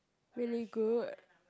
really good